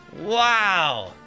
Wow